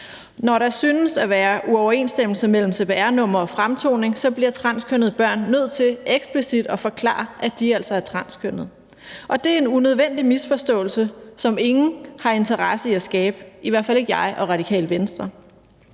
Når der synes at være uoverensstemmelse mellem cpr-nummer og fremtoning, bliver transkønnede børn nødt til eksplicit at forklare, at de altså er transkønnede. Og det er en unødvendig misforståelse, som ingen har interesse i at skabe – i hvert fald ikke jeg og Radikale Venstre.